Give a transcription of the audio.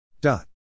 dot